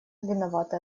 виновато